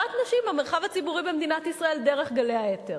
נשים מהמרחב הציבורי במדינת ישראל דרך גלי האתר.